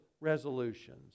resolutions